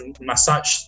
massage